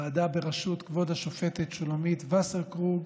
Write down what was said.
ועדה בראשות כבוד השופטת שולמית וסרקרוג,